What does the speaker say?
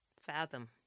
fathom